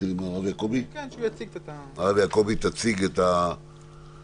הרב יעקבי, תציג את הנושא.